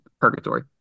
purgatory